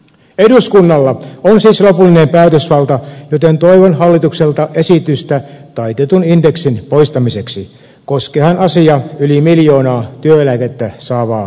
eduskunnalla on siis lopullinen päätösvalta joten toivon hallitukselta esitystä taitetun indeksin poistamiseksi koskeehan asia yli miljoonaa työeläkettä saavaa suomen kansalaista